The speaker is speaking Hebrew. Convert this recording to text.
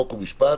חוק ומשפט